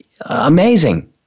amazing